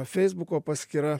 feisbuko paskyra